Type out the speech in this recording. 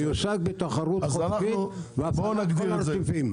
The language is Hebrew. זה יושג בתחרות --- של כל הרציפים.